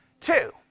Two